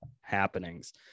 happenings